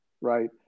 right